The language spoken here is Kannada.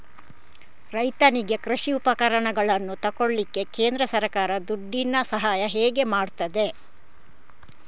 ರೈತನಿಗೆ ಕೃಷಿ ಉಪಕರಣಗಳನ್ನು ತೆಗೊಳ್ಳಿಕ್ಕೆ ಕೇಂದ್ರ ಸರ್ಕಾರ ದುಡ್ಡಿನ ಸಹಾಯ ಹೇಗೆ ಮಾಡ್ತದೆ?